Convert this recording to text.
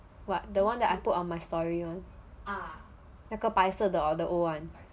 what the one that I put on my story on ah 那个白色的 or the old one